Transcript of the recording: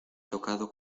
tocado